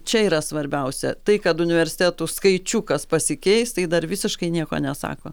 čia yra svarbiausia tai kad universitetų skaičiukas pasikeis tai dar visiškai nieko nesako